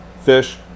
fish